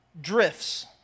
drifts